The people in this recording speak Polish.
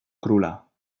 króla